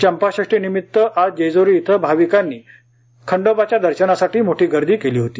चंपाषष्टी निमित्त आज जेजूरी येथे भाविकांनी खंडोबाच्या दर्शनासाठी मोठी गर्दी केली होते